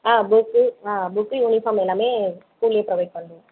ஆ பெட்டு ஆ பெட்டு யூனிஃபார்ம் எல்லாமே ஸ்கூல்லேயே ப்ரொவைட் பண்ணுவோம்